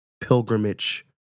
pilgrimage